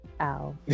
Ow